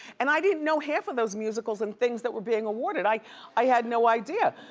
and i didn't know half of those musicals and things that were being awarded i i had no idea!